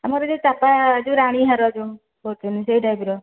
ଆମର ଯେଉଁ ଚାପା ରାଣୀହାର ଯେଉଁ ସେହି ଟାଇପ୍ର